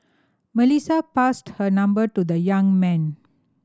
Melissa passed her number to the young man